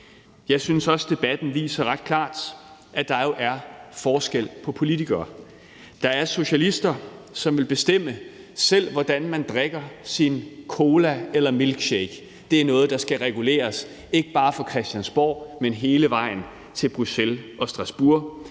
Jeg synes også, debatten ret klart viser, at der jo er forskel på politikere. Der er socialister, som vil bestemme, selv hvordan man drikker sin cola eller milkshake, og som synes, at det er noget, der skal reguleres, ikke bare fra Christiansborg, men hele vejen til Bruxelles og Strasbourg.